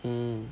mm